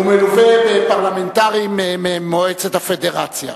הוא מלווה בפרלמנטרים ממועצת הפדרציה.